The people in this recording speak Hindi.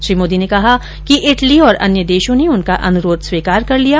श्री मोदी ने कहा कि इटली और अन्य देशों ने उनका अनुरोध स्वीकार कर लिया